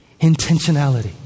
intentionality